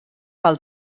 pel